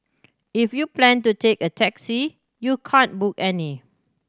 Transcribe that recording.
if you plan to take a taxi you can't book any